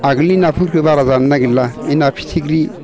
आगोलनि नाफोरखो बारा जानो नागिरला बै ना फिथिख्रि